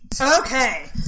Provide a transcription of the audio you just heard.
Okay